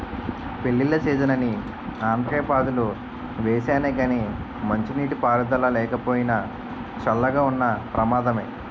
పెళ్ళిళ్ళ సీజనని ఆనపకాయ పాదులు వేసానే గానీ మంచినీటి పారుదల లేకపోయినా, చల్లగా ఉన్న ప్రమాదమే